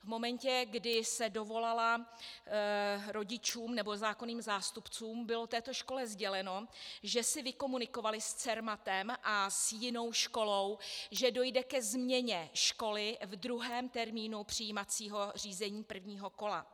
V momentě, kdy se dovolala rodičům nebo zákonným zástupcům, bylo této škole sděleno, že si vykomunikovali s Cermatem a s jinou školou, že dojde ke změně školy ve druhém termínu přijímacího řízení prvního kola.